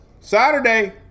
Saturday